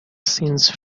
scenes